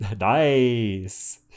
nice